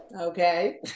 okay